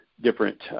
different